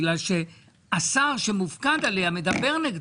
בגלל שהשר שמופקד עליה מדבר נגדה.